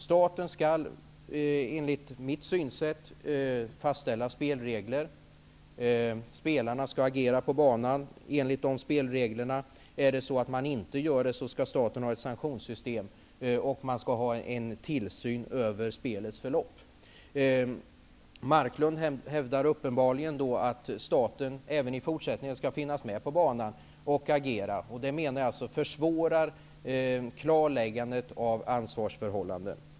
Staten skall enligt mitt synsätt fastställa spelregler, och spelarna skall agera på banan enligt dessa regler. För dem som inte gör det skall staten ha ett sanktionssystem, och den skall också utöva tillsyn över spelets förlopp. Marklund hävdar uppenbarligen att staten även i fortsättningen skall agera på banan, och jag menar att det försvårar klarläggandet av ansvarsförhållanden.